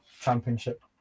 Championship